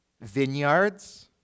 vineyards